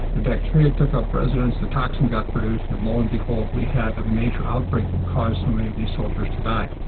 the bacteria took up residence, the toxin got produced, and lo and behold we had a major outbreak that caused so many of these soldiers to die.